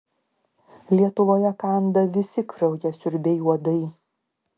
lietuvoje kanda visi kraujasiurbiai uodai